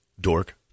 dork